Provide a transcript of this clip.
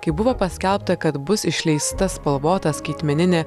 kai buvo paskelbta kad bus išleista spalvota skaitmeninė